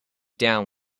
down